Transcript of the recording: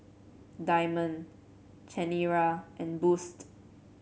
Diamond Chanira and Boost